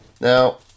Now